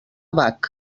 bach